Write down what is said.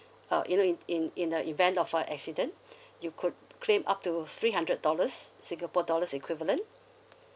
uh you know in in in the event of uh accident you could claim up to three hundred dollars singapore dollars equivalent